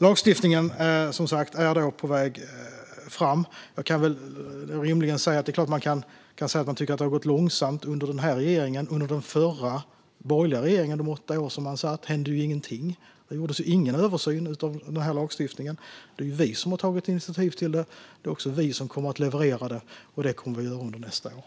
Lagstiftningen är som sagt på väg fram. Det är klart att man kan tycka att det har gått långsamt under den här regeringen, men under de åtta år som den förra borgerliga regeringen satt hände ju ingenting. Det gjordes ingen översyn av den här lagstiftningen, utan det är vi som har tagit initiativ till det. Det är också vi som kommer att leverera det, och det kommer vi att göra under nästa år.